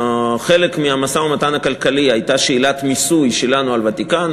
חלק מהמשא-ומתן הכלכלי היה שאלת המיסוי שלנו על הוותיקן.